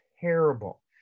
terrible